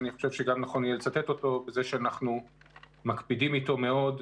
אני חושב שנכון יהיה לצטט אותו בזה שאנחנו מקפידים אתו מאוד,